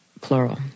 Plural